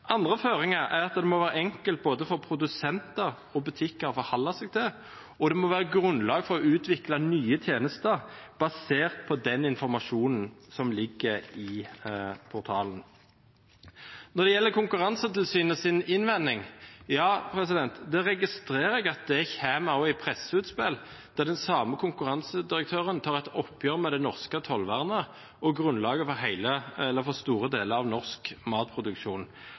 Andre føringer er at det må være enkelt både for produsenter og butikker å forholde seg til, og det må være grunnlag for å utvikle nye tjenester basert på den informasjonen som ligger i portalen. Til Konkurransetilsynets innvending: Der registrerer jeg at det kommer av et presseutspill der den samme konkurransedirektøren tar et oppgjør med det norske tollvernet og grunnlaget for store deler av norsk matproduksjon,